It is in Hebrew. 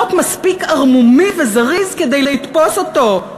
מספיק ערמומי וזריז כדי לתפוס אותו,